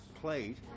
played